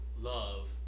love